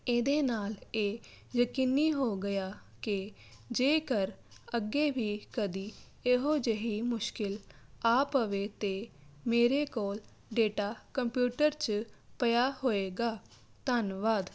ਇਹਦੇ ਨਾਲ ਇਹ ਯਕੀਨੀ ਹੋ ਗਿਆ ਕਿ ਜੇਕਰ ਅੱਗੇ ਵੀ ਕਦੀ ਇਹੋ ਜਿਹੀ ਮੁਸ਼ਕਲ ਆ ਪਵੇ ਤਾਂ ਮੇਰੇ ਕੋਲ ਡੇਟਾ ਕੰਪਿਊਟਰ 'ਚ ਪਿਆ ਹੋਏਗਾ ਧੰਨਵਾਦ